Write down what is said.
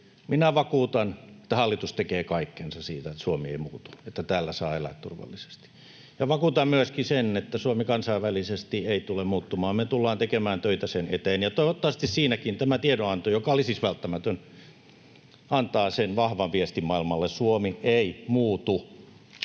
Minä vakuutan, että hallitus tekee kaikkensa siinä, että Suomi ei muutu, että täällä saa elää turvallisesti. Ja vakuutan myöskin sen, että Suomi kansainvälisesti ei tule muuttumaan. Me tullaan tekemään töitä sen eteen, ja toivottavasti siinäkin tämä tiedonanto, joka oli siis välttämätön, antaa sen vahvan viestin maailmalle: Suomi ei muutu.